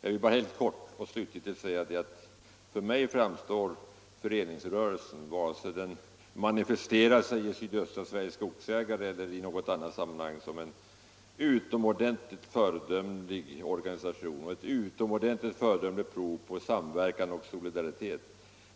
för det. Slutligen vill jag helt kort säga att för mig framstår föreningsrörelsen, oavsett om den manifesterar sig i Sydöstra Sveriges skogsägareförening eller i annat sammanhang, som ett utomordentligt föredömligt bevis på vad man kan uträtta med samverkan och solidaritet.